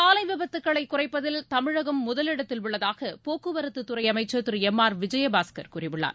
சாலை விபத்துக்களைக் குறைப்பதில் தமிழகம் முதலிடத்தில் உள்ளதாக போக்குவரத்துத்துறை அமைச்சர் திரு எம் ஆர் விஜயபாஸ்கர் கூறியுள்ளார்